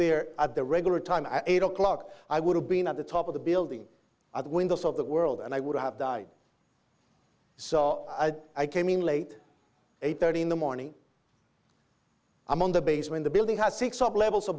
there at the regular time at eight o'clock i would have been at the top of the building are the windows of the world and i would have died so i came in late eight thirty in the morning i'm on the base when the building has six up level